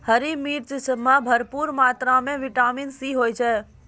हरी मिर्च मॅ भरपूर मात्रा म विटामिन सी होय छै